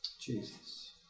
Jesus